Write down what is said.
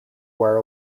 wear